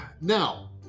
Now